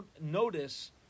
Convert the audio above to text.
notice